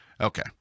Okay